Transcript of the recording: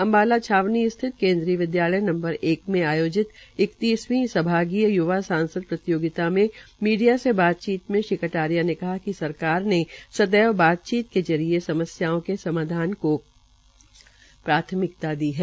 अम्बाला छावनी स्थित केन्द्रीय विदयालय विदयालय नंबर एक में आयोजित इकतीसवी सभागीय युवा सांसद प्रतियोगिता में मीडिया से बातचीत में श्री कटारिया ने कहा कि सरकार ने संदैव बातचीत के जरिये समस्याओं का समाधान को प्राथमिकता दी है